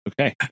Okay